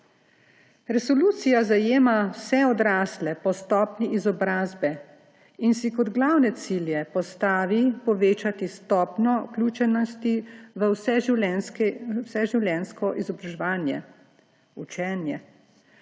Resolucija zajema vse odrasle po stopnji izobrazbe in si kot glavne cilje postavi: povečati stopnjo vključenosti v vseživljenjsko izobraževanje, učenje,